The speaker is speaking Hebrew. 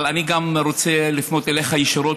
אבל אני גם רוצה לפנות אליך ישירות